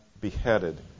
beheaded